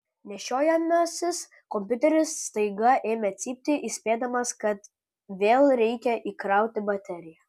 nešiojamasis kompiuteris staiga ėmė cypti įspėdamas kad vėl reikia įkrauti bateriją